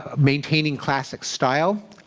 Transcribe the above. ah maintaining classic style,